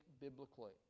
biblically